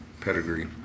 pedigree